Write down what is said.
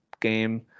game